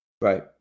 Right